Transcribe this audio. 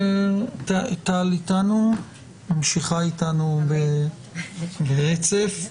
טל שממשיכה איתנו ברצף,